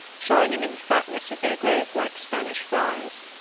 shining in the fatness of their growth like spanish friars,